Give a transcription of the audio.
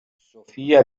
sofia